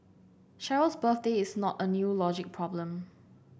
Cheryl's birthday is not a new logic problem